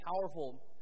powerful